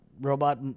robot